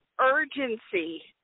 urgency